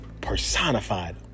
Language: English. personified